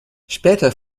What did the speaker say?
später